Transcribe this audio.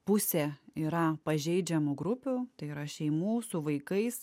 pusė yra pažeidžiamų grupių tai yra šeimų su vaikais